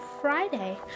Friday